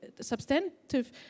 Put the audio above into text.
substantive